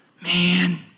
man